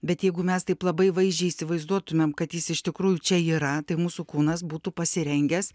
bet jeigu mes taip labai vaizdžiai įsivaizduotumėm kad jis iš tikrųjų čia yra tai mūsų kūnas būtų pasirengęs